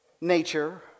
nature